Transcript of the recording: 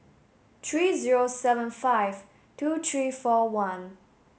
three zero seven five two three four one